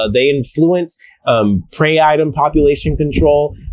ah they influence um prey item population control,